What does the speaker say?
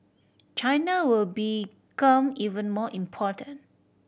China will become even more important